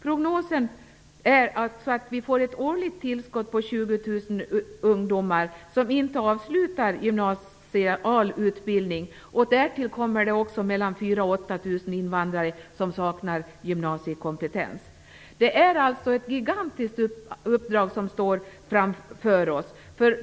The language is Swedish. Prognosen är ett årligt tillskott på 20 000 ungdomar som inte avslutar gymnasial utbildning, och därtill kommer mellan 4 000 Det är alltså ett gigantiskt uppdrag vi har framför oss.